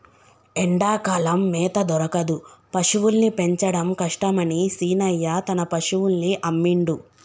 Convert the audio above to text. ఎండాకాలం మేత దొరకదు పశువుల్ని పెంచడం కష్టమని శీనయ్య తన పశువుల్ని అమ్మిండు